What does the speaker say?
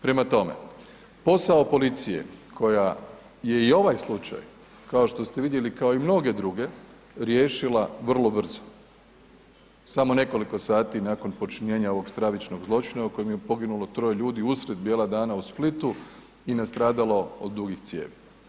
Prema tome, posao policije koja je i ovaj slučaj kao što ste vidjeli kao i mnoge druge riješila vrlo brzo, samo nekoliko sati nakon počinjenja ovog stravičnog zločina u kojem je poginulo troje ljudi usred bijela dana u Splitu i nastradalo od dugih cijevi.